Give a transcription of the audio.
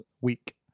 week